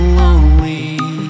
lonely